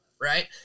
Right